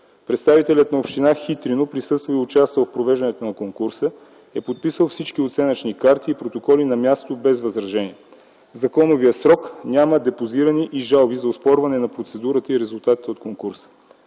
Представителят на община Хитрино, присъствал и участвал в провеждането на конкурса, е подписал всички оценъчни карти и протоколи на място без възражения. В законовия срок няма депозирани жалби за оспорване на процедурата и резултатите от конкурса.